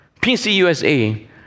PCUSA